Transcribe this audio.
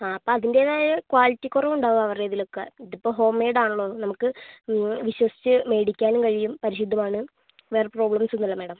ആ അപ്പ അതിൻറ്റേതായ ക്വാളിറ്റി കൊറവ് ഉണ്ടാവും അവര്ട ഇതിൽ ഒക്ക ഇത് ഇപ്പ ഹോം മെയ്ഡ് ആണല്ലൊ നമുക്ക് ഇത് വിശ്വസിച്ച് മേടിക്കാനും കഴിയും പരിശുദ്ധമാണ് വേറെ പ്രോബ്ലെംസൊന്നും ഇല്ല മാഡം